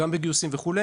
גם בגיוסים וכו',